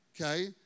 Okay